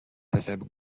dasselbe